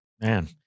Man